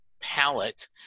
palette